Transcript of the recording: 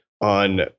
on